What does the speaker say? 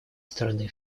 стороны